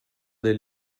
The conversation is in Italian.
del